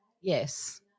Yes